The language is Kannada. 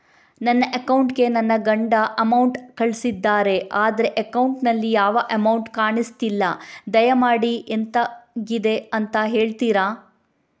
ನನ್ನ ಅಕೌಂಟ್ ಗೆ ನನ್ನ ಗಂಡ ಅಮೌಂಟ್ ಕಳ್ಸಿದ್ದಾರೆ ಆದ್ರೆ ಅಕೌಂಟ್ ನಲ್ಲಿ ಯಾವ ಅಮೌಂಟ್ ಕಾಣಿಸ್ತಿಲ್ಲ ದಯಮಾಡಿ ಎಂತಾಗಿದೆ ಅಂತ ಹೇಳ್ತೀರಾ?